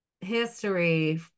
History